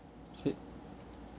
see